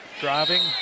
Driving